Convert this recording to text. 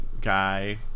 guy